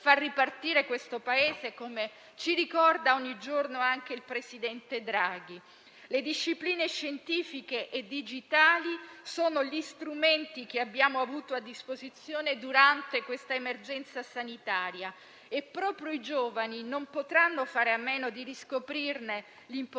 far ripartire il Paese, come ci ricorda ogni giorno anche il presidente Draghi. Le discipline scientifiche e digitali sono gli strumenti che abbiamo avuto a disposizione durante questa emergenza sanitaria e proprio i giovani non potranno fare a meno di riscoprirne l'importanza,